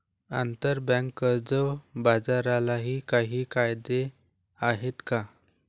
आंतरबँक कर्ज बाजारालाही काही कायदे आहेत का?